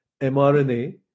mRNA